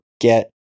get